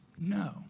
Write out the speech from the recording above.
no